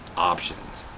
options,